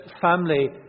family